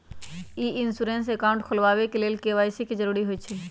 ई insurance account खोलबाबे के लेल के.वाई.सी के जरूरी होइ छै